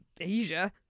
Asia